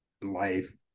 life